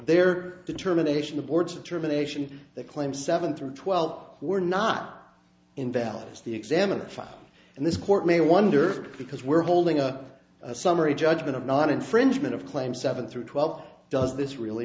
their determination the board's determination they claim seven through twelve were not invalid as the examiner file and this court may wonder because we're holding a summary judgment of not infringement of claim seven through twelve does this really